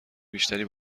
بیشتری